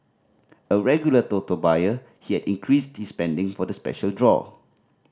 a regular Toto buyer he had increased his spending for the special draw